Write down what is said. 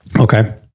Okay